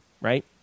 right